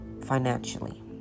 financially